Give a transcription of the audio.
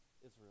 Israel